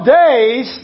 days